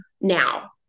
now